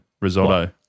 risotto